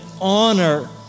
honor